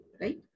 Right